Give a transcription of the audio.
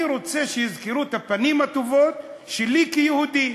אני רוצה שיזכרו את הפנים הטובות שלי כיהודי,